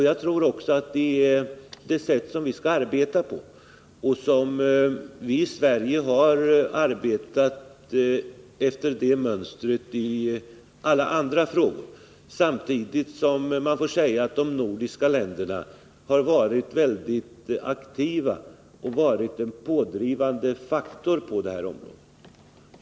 Jag tror också att detta är det sätt som vi skall arbeta på — vi har i Sverige arbetat efter det mönstret i andra frågor — samtidigt som man får säga att de nordiska länderna har varit mycket aktiva och utgjort en pådrivande faktor på detta område.